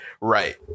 Right